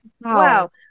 Wow